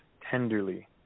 tenderly